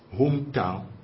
hometown